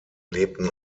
lebten